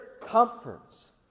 comforts